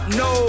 no